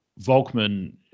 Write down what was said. Volkman